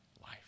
life